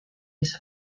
his